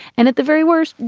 and at the very worst,